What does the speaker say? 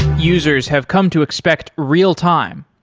users have come to expect real-time.